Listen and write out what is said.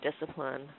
discipline